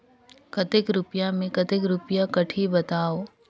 कतेक रुपिया मे कतेक रुपिया कटही बताव?